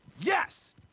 yes